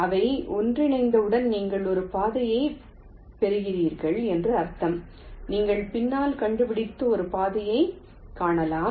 அவை ஒன்றிணைந்தவுடன் நீங்கள் ஒரு பாதையைப் பெற்றிருக்கிறீர்கள் என்று அர்த்தம் நீங்கள் பின்னால் கண்டுபிடித்து ஒரு பாதையைக் காணலாம்